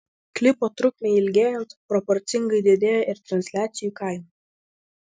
klipo trukmei ilgėjant proporcingai didėja ir transliacijų kaina